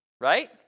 right